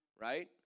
right